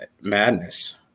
Madness